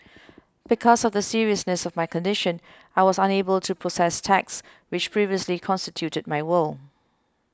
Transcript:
because of the seriousness of my condition I was unable to process text which previously constituted my world